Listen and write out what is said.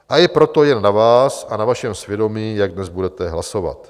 A je proto jen na vás a na vašem svědomí, jak dnes budete hlasovat.